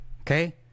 Okay